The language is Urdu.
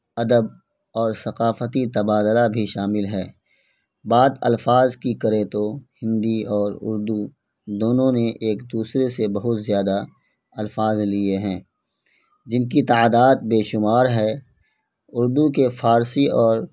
ادب اور ثقافتی تبادلہ بھی شامل ہے بات الفاظ کی کرے تو ہندی اور اردو دونوں نے ایک دوسرے سے بہت زیادہ الفاظ لیے ہیں جن کی تعداد بےشمار ہے اردو کے فارسی اور